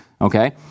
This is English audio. Okay